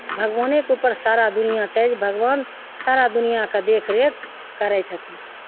भगवानेके ऊपर सारा दुनिआँ छै जे भगवान सारा दुनिआँके देख रेख करै छथिन